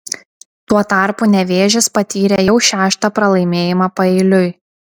tuo tarpu nevėžis patyrė jau šeštą pralaimėjimą paeiliui